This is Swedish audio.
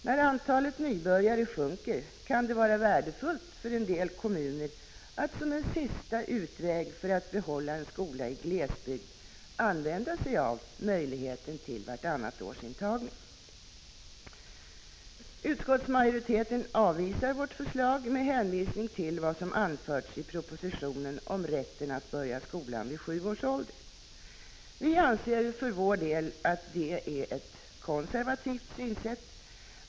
När antalet nybörjare sjunker kan det vara värdefullt för en del kommuner att som en sista utväg för att behålla en skola i glesbygd använda sig av möjligheten till vartannatårsintagning. Utskottsmajoriteten avvisar vårt förslag med hänvisning till vad som har anförts i propositionen om rätten att börja skolan vid sju års ålder. Vi anser för vår del att det är ett konservativt synsätt.